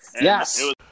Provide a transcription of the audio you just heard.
Yes